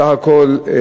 בסך הכול,